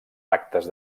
actes